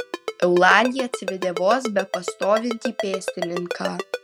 eulalija atsivedė vos bepastovintį pėstininką